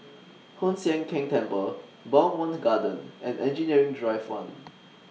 Hoon Sian Keng Temple Bowmont Gardens and Engineering Drive one